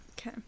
Okay